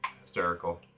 hysterical